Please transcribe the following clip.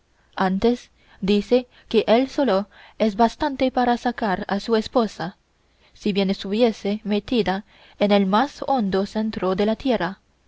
antes dice que él solo es bastante para sacar a su esposa si bien estuviese metida en el más hondo centro de la tierra